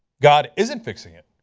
god isn't fixing it.